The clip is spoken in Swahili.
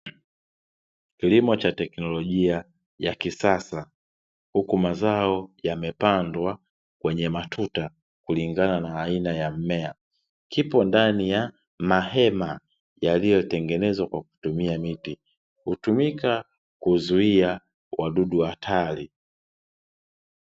kilimo cha technolojia ya kisasa .huku mazao yamepandwa kwenye matuta kulingana na aina ya mmea. Kipo ndani ya mahema yaliyotengenezwa kwa kutumia miti ,hutumika kuzuia wadudu hatari